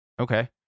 Okay